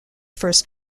first